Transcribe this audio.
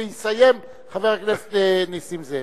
ויסיים חבר הכנסת נסים זאב.